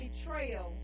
betrayal